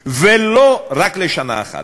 ולא רק שנה אחת,